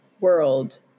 world